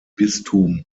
bistum